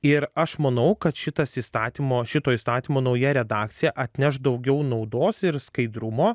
ir aš manau kad šitas įstatymo šito įstatymo nauja redakcija atneš daugiau naudos ir skaidrumo